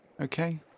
okay